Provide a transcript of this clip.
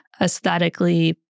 aesthetically